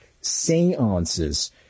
Seances